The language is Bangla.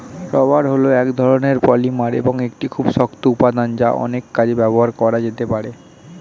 রাবার হল এক ধরণের পলিমার এবং একটি খুব শক্ত উপাদান যা অনেক কাজে ব্যবহার করা যেতে পারে